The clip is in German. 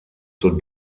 zur